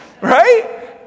right